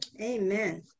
Amen